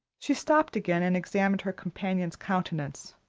she stopped again and examined her companion's countenance.